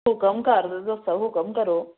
ਹੁਕਮ ਕਰ ਦੱਸੋ ਹੁਕਮ ਕਰੋ